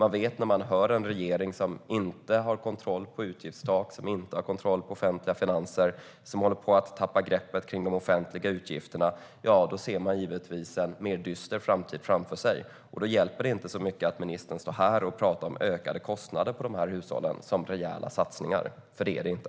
När de hör en regering som inte har kontroll på utgiftstak och offentliga finanser och som håller på att tappa greppet om de offentliga utgifterna vet de att en dystrare framtid väntar. Då hjälper det inte att ministern talar om ökade kostnader för dessa hushåll som rejäla satsningar, för det är det inte.